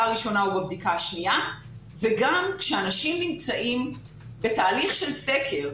הראשונה או בבדיקה השנייה וגם כשאנשים נמצאים בתהליך של סקר,